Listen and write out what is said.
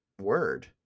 word